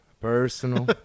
Personal